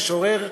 משורר,